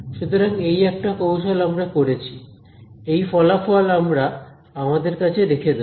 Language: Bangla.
সুতরাং এই একটা কৌশল আমরা করেছি এই ফলাফল আমরা আমাদের কাছে রেখে দেব